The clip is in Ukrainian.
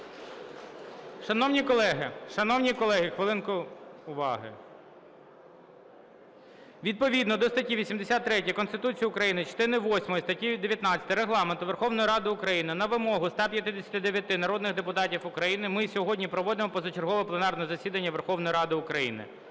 хвилинку уваги. Відповідно до статті 83 Конституції України, частини восьмої статті 19 Регламенту Верховної Ради України на вимогу 159 народних депутатів України ми сьогодні проводимо позачергове пленарне засідання Верховної Ради України.